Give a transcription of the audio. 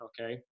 okay